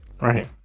Right